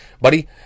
Buddy